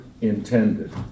intended